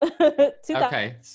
Okay